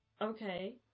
okay